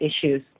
issues